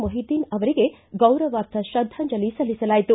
ಮೊಹಿದ್ದೀನ್ ಅವರ ಗೌರವಾರ್ಥ ತ್ರದ್ಯಾಂಜಲಿ ಸಲ್ಲಿಸಲಾಯಿತು